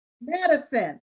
medicine